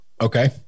Okay